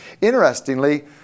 Interestingly